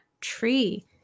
tree